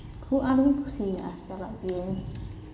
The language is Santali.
ᱠᱷᱩᱵ ᱟᱴ ᱜᱤᱧ ᱠᱩᱥᱤᱭᱟᱜᱼᱟ ᱪᱟᱞᱟᱜ ᱜᱮᱭᱟᱹᱧ